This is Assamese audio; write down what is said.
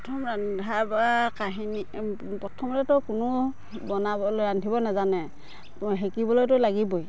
প্ৰথম ৰন্ধা বঢ়াৰ কাহিনী প্ৰথমতে তো কোনো বনাবলৈ ৰান্ধিব নাজানে শিকিবলৈতো লাগিবই